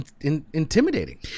intimidating